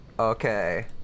Okay